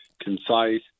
concise